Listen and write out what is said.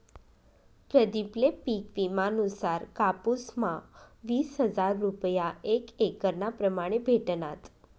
प्रदीप ले पिक विमा नुसार कापुस म्हा वीस हजार रूपया एक एकरना प्रमाणे भेटनात